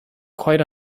quite